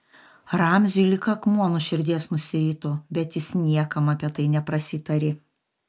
ramziui lyg akmuo nuo širdies nusirito bet jis niekam apie tai neprasitarė